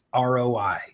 ROI